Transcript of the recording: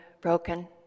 broken